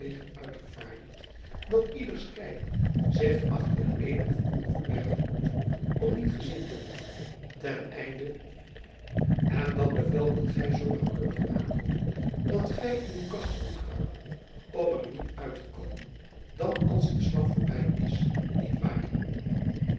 leger uitgevaardigd dat ieder strijder zich achter t een of ander verbergen moet om niet gezien te worden ten einde en dat bevel wilt gij zoo nauwkeurig nakomen dat gij in uw kast zult kruipen om er niet uit te komen dan als de slag voorbij is nietwaar niet